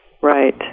Right